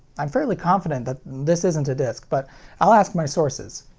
i'm fairly confident that this isn't a disc, but i'll ask my sources.